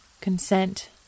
consent